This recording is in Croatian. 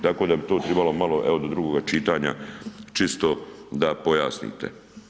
Tako da bi to trebalo malo, evo do drugoga čitanja čisto da pojasnite.